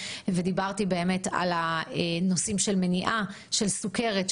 ודיברתי באמת על הנושאים של מניעת סוכרת,